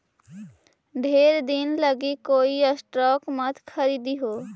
ढेर दिन लागी कोई स्टॉक मत खारीदिहें